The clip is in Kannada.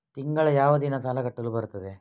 ತಿಂಗಳ ಯಾವ ದಿನ ಸಾಲ ಕಟ್ಟಲು ಬರುತ್ತದೆ?